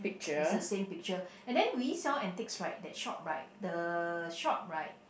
it's the same picture and then we sell antiques right that shop right the shop right